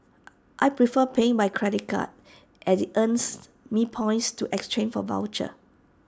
I prefer paying by credit card as IT earns me points to exchange for vouchers